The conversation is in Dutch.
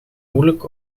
moeilijk